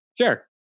Sure